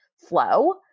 flow